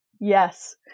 Yes